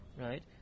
right